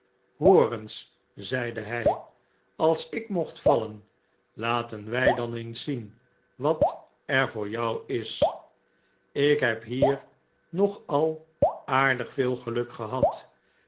eens zeide hij als ik mocht vallen laten wij dan eens zien wat er voor jou is ik heb hier nog al aardig veel geluk gehad